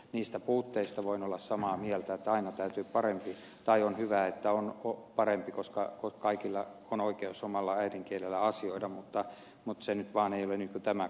niistä puutteista voin olla samaa mieltä että on hyvä että on parempi koska kaikilla on oikeus omalla äidinkielellään asioida mutta se nyt vaan ei ole tämä kohta